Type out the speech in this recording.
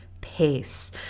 pace